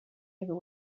over